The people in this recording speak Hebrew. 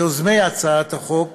מיוזמי הצעת החוק